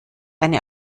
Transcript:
eine